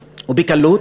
ובקלות.